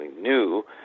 new